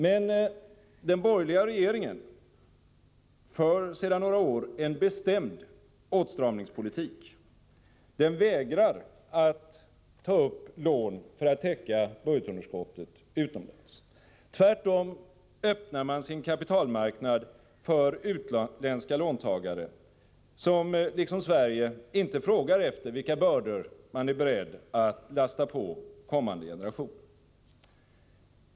Men den borgerliga regeringen i landet för sedan några år en bestämd åtstramningspolitik. Den vägrar att ta upp lån utomlands för att täcka budgetunderskottet. Tvärtom öppnar man sin kapitalmarknad för utländska låntagare, som — liksom Sverige — inte frågar efter vilka bördor man är beredd att lasta på kommande generationer.